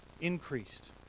increased